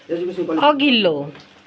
अघिल्लो